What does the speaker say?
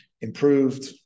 improved